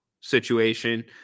situation